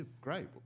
great